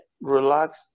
relax